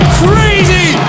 crazy